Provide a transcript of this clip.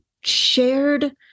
shared